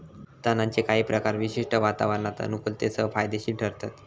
तणांचे काही प्रकार विशिष्ट वातावरणात अनुकुलतेसह फायदेशिर ठरतत